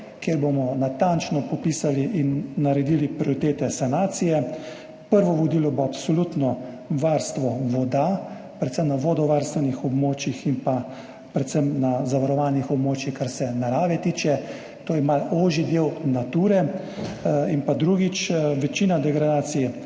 kjer bomo natančno popisali in naredili prioritete sanacije. Prvo vodilo bo absolutno varstvo voda, predvsem na vodovarstvenih območjih in predvsem na zavarovanih območjih, kar se narave tiče. To je malo ožji del Nature. In pa drugič, večina degradacije